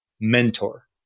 mentor